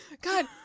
God